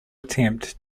attempt